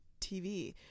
TV